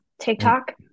TikTok